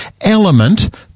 element